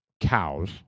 cows